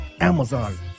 Amazon